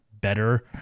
better